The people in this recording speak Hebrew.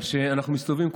אבל כשאנחנו מסתובבים,